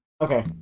Okay